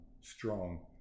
strong